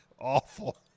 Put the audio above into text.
awful